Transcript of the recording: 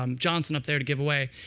um johnson up there to give away.